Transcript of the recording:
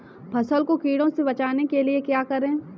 फसल को कीड़ों से बचाने के लिए क्या करें?